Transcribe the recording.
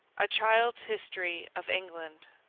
a child's history of england,